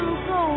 go